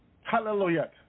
Hallelujah